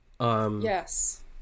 Yes